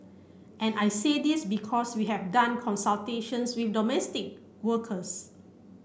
and I say this because we have done consultations with domestic workers